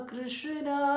Krishna